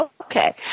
Okay